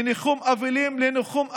מניחום אבלים לניחום אבלים,